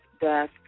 death